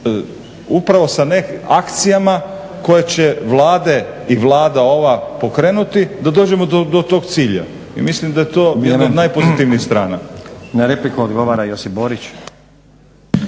upravo sa akcijama koje će vlade i Vlada ova pokrenuti, da dođemo do tog cilja. I mislim da je to jedna od najpozitivnijih strana. **Stazić, Nenad (SDP)**